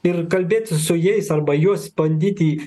ir kalbėti su jais arba juos bandyti